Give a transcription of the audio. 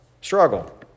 struggle